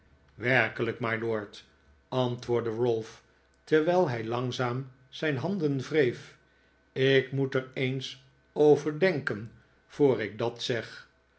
werkelijk mylord antwoordde ralph terwijl hij langzaam zijn handen wreef ik moet er eens over denken voor ik dat zeg